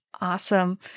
Awesome